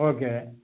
okay